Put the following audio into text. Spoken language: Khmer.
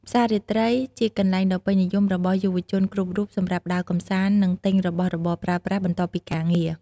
ផ្សាររាត្រីជាកន្លែងដ៏ពេញនិយមរបស់យុវវ័យគ្រប់រូបសម្រាប់ដើរកម្សាន្ត និងទិញរបស់របរប្រើប្រាស់ បន្ទាប់ពីការងារ។